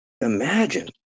imagine